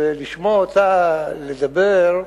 ולשמוע אותה לדבר,